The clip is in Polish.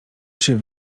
czy